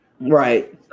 right